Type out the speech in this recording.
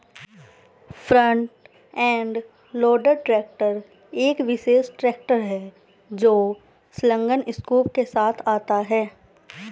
front end loader tractor एक विशेष tractor है जो संलग्न स्कूप के साथ आता है